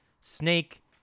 snake